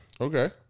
Okay